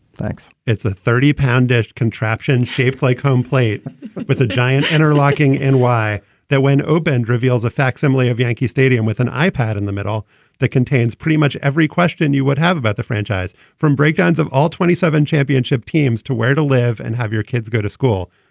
thanks it's a thirty pound dish contraption shaped like home plate with a giant interlocking and why that when opened, reveals a facsimile of yankee stadium with an i-pad in the middle that contains pretty much every question you would have about the franchise from breakdowns of all twenty seven championship teams to where to live and have your kids go to school.